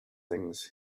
things